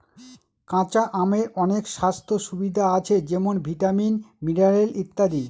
কাঁচা আমের অনেক স্বাস্থ্য সুবিধা আছে যেমন ভিটামিন, মিনারেল ইত্যাদি